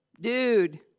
Dude